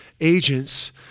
agents